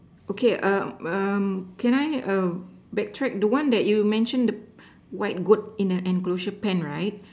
okay err um can I err back track the one that you mention white goat in an enclosure pen right